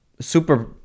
super